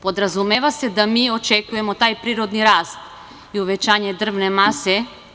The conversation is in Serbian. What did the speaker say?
Podrazumeva se da mi očekujemo taj prirodni rast i uvećanje drvne mase.